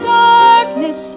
darkness